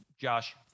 Josh